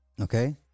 Okay